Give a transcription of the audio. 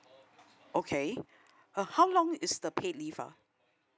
okay uh how long is the paid leave ha